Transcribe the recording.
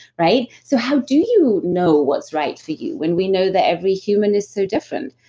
right? so, how do you know what's right for you when we know that every human is so different?